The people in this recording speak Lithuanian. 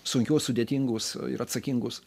sunkius sudėtingus ir atsakingus